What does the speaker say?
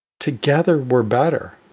together we're better.